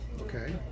Okay